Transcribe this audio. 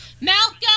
Malcolm